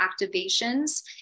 activations